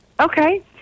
Okay